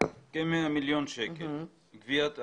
כ-100 מיליון שקלים, גביית ארנונה.